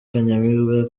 kanyamibwa